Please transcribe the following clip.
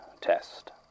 test